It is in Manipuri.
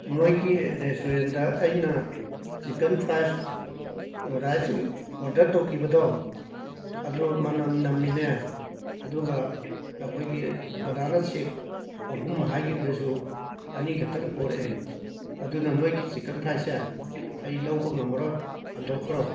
ꯅꯣꯏꯒꯤ ꯔꯦꯁꯇꯨꯔꯦꯟꯗ ꯑꯩꯅ ꯆꯤꯀꯟ ꯐ꯭ꯔꯥꯏꯁ ꯔꯥꯏꯁ ꯑꯣꯔꯗꯔ ꯇꯧꯈꯤꯕꯗꯣ ꯑꯗꯣ ꯃꯅꯝ ꯅꯝꯃꯤꯅꯦ ꯑꯗꯨꯒ ꯑꯩꯈꯣꯏꯒꯤ ꯕꯅꯥꯅ ꯁꯦꯛ ꯑꯍꯨꯝ ꯍꯥꯏꯒꯤꯕꯗꯨꯁꯨ ꯑꯅꯤꯈꯇꯪ ꯄꯨꯔꯛꯑꯦ ꯑꯗꯨꯅ ꯅꯣꯏꯒꯤ ꯆꯤꯀꯟ ꯐ꯭ꯔꯥꯏꯁꯁꯦ ꯑꯩ ꯂꯧꯕ ꯉꯝꯃꯔꯣꯏ ꯍꯟꯗꯣꯈ꯭ꯔꯣ